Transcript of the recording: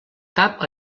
cap